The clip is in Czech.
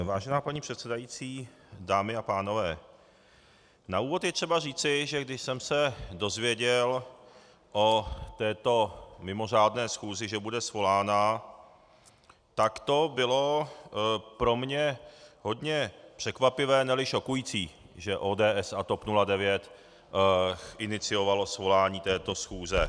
Vážená paní předsedající, dámy a pánové, na úvod je třeba říci, že když jsem se dozvěděl o této mimořádné schůzi, že bude svolána, tak to bylo pro mě hodně překvapivé, neli šokující, že ODS a TOP 09 iniciovaly svolání této schůze.